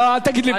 לא, תסיים.